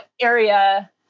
area